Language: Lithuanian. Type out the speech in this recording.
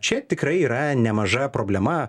čia tikrai yra nemaža problema